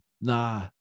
nah